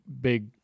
big